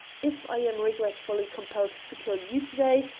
if i am regretfully compelled to kill you to-day,